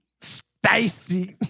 Stacy